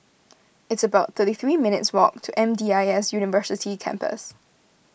it's about thirty three minutes' walk to M D I S University Campus